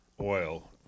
oil